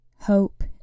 hope